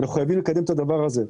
ואנחנו חייבים לקדם את הדבר הזה.